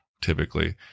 typically